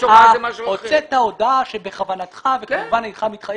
הוצאת הודעה שבכוונתך וכמובן אינך מתחייב